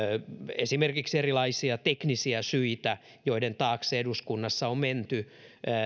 esimerkiksi erilaisia teknisiä syitä joiden taakse eduskunnassa on menty